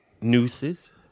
nooses